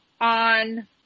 on